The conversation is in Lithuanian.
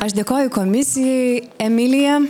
aš dėkoju komisijai emilija